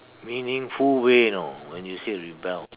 meaningful way you know when you say rebel